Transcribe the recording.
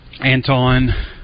Anton